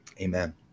Amen